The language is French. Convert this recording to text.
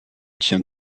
tient